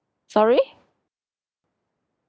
sorry